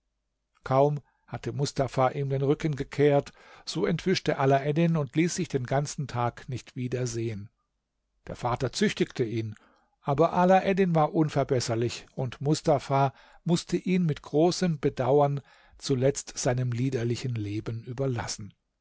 kaum hatte mustafa ihm den rücken gekehrt so entwischte alaeddin und ließ sich den ganzen tag nicht wieder sehen der vater züchtigte ihn aber alaeddin war unverbesserlich und mustafa mußte ihn mit großem bedauern zuletzt seinem liederlichen leben überlassen